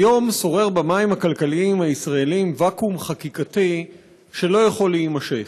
כיום שורר במים הכלכליים הישראליים ואקום חקיקתי שלא יכול להימשך.